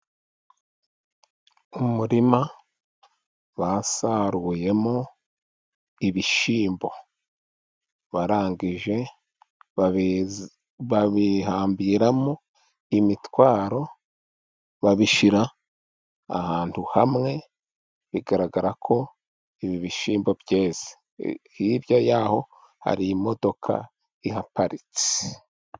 Umurima basaruyemo ibishyimbo, barangije babihambiramo imitwaro babishyira ahantu hamwe, bigaragara ko ibi bishyimbo byeze, hirya y'aho hari imodoka ihaparitse.